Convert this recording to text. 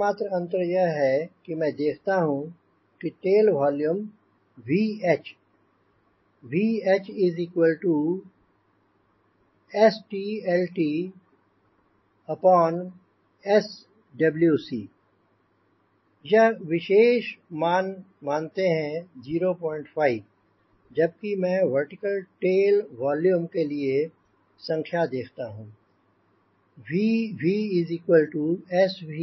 एकमात्र अंतर यह है कि मैं देखता हूँ कि टेल वॉल्यूम VH VHStltSwc यह विशेष मान मानते हैं 05 जबकि मैं वर्टिकल टेल वॉल्यूम के लिए संख्या देखता हूँ VvSvlvSwc